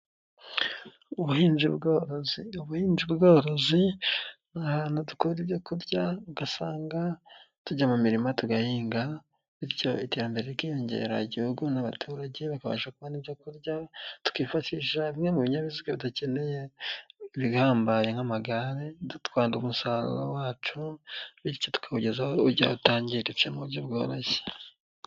Ubuhinzi bworozi, ubuhinzi bworozi ni ahantu dutwara ibyo kurya, ugasanga tujya mu mirima tugahinga bityo iterambere rikiyongera, igihugu n'abaturage bakabasha kubona ibyo kurya, tukifashisha bimwe mu binyabiziga tudakeneye ibihambaye nk'amagare, dutwara umusaruro wacu bityo tukawugeza aho ujya utangiritse mu buryo bworoshye.